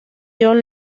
john